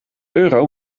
euro